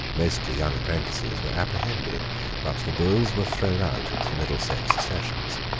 mostly young apprentices, were apprehended but the bills were thrown out at the middlesex sessions.